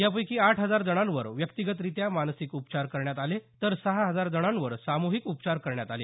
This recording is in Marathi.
यापैकी आठ हजार जणांवर व्यक्तिगतरित्या मानसिक उपचार करण्यात आले तर सहा हजार जणांवर सामुहिक उपचार करण्यात आले